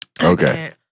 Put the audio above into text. Okay